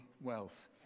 wealth